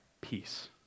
peace